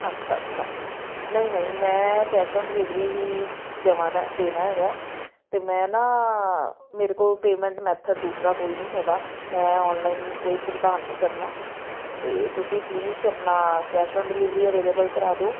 ਅੱਛਾ ਅੱਛਾ ਨਹੀਂ ਨਹੀਂ ਮੈਂ ਕੈਸ਼ ਔਨ ਡਿਲੀਵਰੀ ਹੀ ਦਵਾਨਾ ਦੇਨਾ ਹੈਗਾ ਅਤੇ ਮੈਂ ਨਾ ਮੇਰੇ ਕੋਲ ਪੇਮੈਂਟ ਮੈਥਡ ਦੂਸਰਾ ਕੋਈ ਨਹੀਂ ਹੈਗਾ ਮੈਂ ਔਨਲਾਈਨ ਕੋਈ ਭੁਗਤਾਨ ਨਹੀਂ ਕਰਨਾ ਅਤੇ ਤੁਸੀਂ ਪਲੀਜ਼ ਆਪਣਾ ਕੈਸ਼ ਔਨ ਡਿਲੀਵਰੀ ਅਵੇਲੇਬਲ ਕਰਾ ਦਿਓ